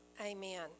Amen